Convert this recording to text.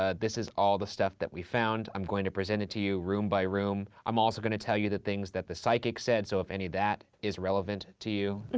ah this is all the stuff that we found. i'm going to present it to you room by room. i'm also gonna tell you the things that the psychic said, so if any of that is relevant to you,